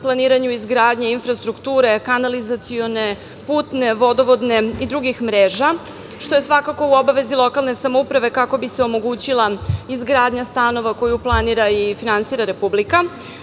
planiranju izgradnje infrastrukture, kanalizacione, putne, vodovodne i drugih mreža, što je svakako u obavezi lokalne samouprave, kako bi se omogućila izgradnja stanova koju planira i finansira Republika. Želim